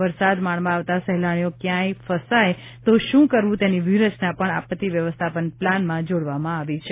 વરસાદ માણવાં આવતા સહેલાણીઓ ક્યાંય ફસાય તો શું કરવું તેની વ્યુહરચના પણ આપત્તિ વ્યવસ્થાપન પ્લાનમાં જોડવામાં આવી છે